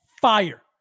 fire